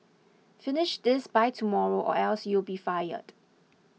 finish this by tomorrow or else you'll be fired